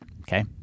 Okay